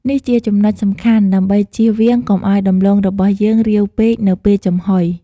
នេះជាចំណុចសំខាន់ ដើម្បីជៀសវាងកុំឱ្យដំឡូងរបស់យើងរាវពេក នៅពេលចំហុយ។